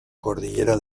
cordillera